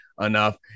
enough